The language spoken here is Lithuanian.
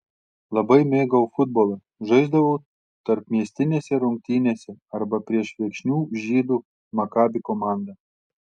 labai mėgau futbolą žaisdavau tarpmiestinėse rungtynėse arba prieš viekšnių žydų makabi komandą